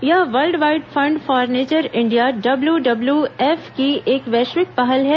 यह world wide fund for nature India W W F की एक वैश्विक पहल है